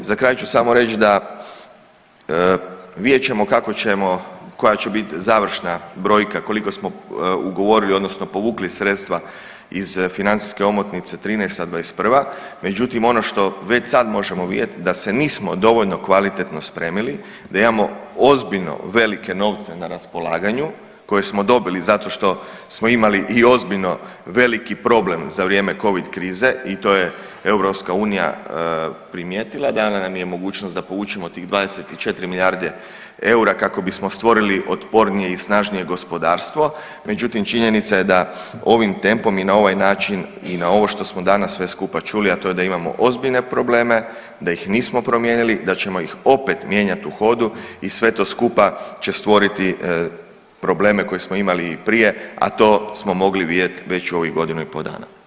Za kraj ću samo reć da vidjet ćemo kako ćemo, koja će bit završna brojka, koliko smo ugovorili odnosno povukli sredstva iz financijske omotnice '13.-'21., međutim ono što već sad možemo vidjet da se nismo dovoljno kvalitetno spremili, da imamo ozbiljno velike novce na raspolaganju koje smo dobili zato što smo imali i ozbiljno veliki problem za vrijeme covid krize i to je EU primijetila, dana nam je mogućnost da povučemo tih 24 milijarde eura kako bismo stvorili otpornije i snažnije gospodarstvo, međutim činjenica je da ovim tempom i na ovaj način i na ovo što smo danas sve skupa čuli, a to je da imamo ozbiljne probleme, da ih nismo promijenili, da ćemo ih opet mijenjat u hodu i sve to skupa će stvoriti probleme koji smo imali i prije, a to smo mogli vidjeti već u ovih godinu i pol dana.